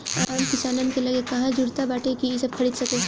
आम किसानन के लगे कहां जुरता बाटे कि इ सब खरीद सके